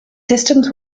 systems